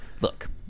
Look